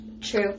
True